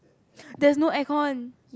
there's no aircon